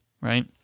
right